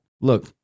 Look